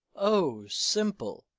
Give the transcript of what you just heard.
o simple!